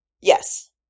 Yes